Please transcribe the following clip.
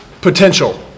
potential